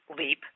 leap